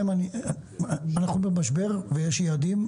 אנחנו במשבר ויש יעדים.